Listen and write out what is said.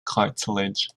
cartilage